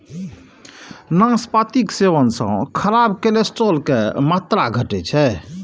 नाशपातीक सेवन सं खराब कोलेस्ट्रॉल के मात्रा घटै छै